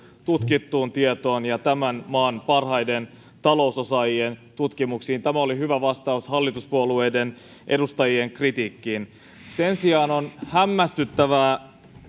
tutkittuun tietoon ja tämän maan parhaiden talousosaajien tutkimuksiin tämä oli hyvä vastaus hallituspuolueiden edustajien kritiikkiin sen sijaan on hämmästyttävää